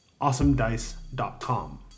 awesomedice.com